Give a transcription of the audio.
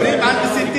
מדברים על מסיתים,